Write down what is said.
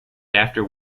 after